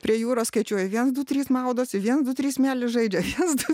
prie jūros skaičiuoji viens du trys maudosi vien du trys smėly žaidžia viens du